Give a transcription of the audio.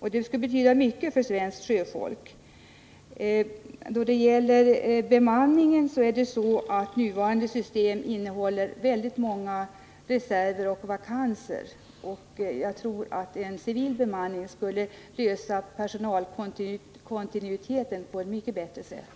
och det skulle betyda mycket för svenskt sjöfolk. När det gäller bemanningen vill jag påpeka att nuvarande system innehåller väldigt många reserver och vakanser. Jag tror att en civil bemanning skulle lösa frågan om personalkontinuitet på ett mycket bättre sätt.